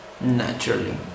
Naturally